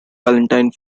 valentine